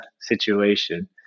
situation